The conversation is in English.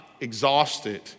exhausted